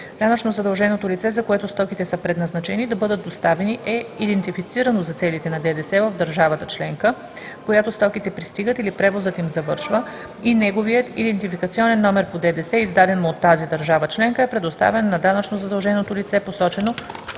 данъчно задълженото лице, за което стоките са предназначени да бъдат доставени, е идентифицирано за целите на ДДС в държавата членка, в която стоките пристигат или превозът им завършва, и неговият идентификационен номер по ДДС, издаден му от тази държава членка, е предоставен на данъчно задълженото лице, посочено